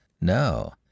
No